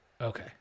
Okay